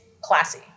classy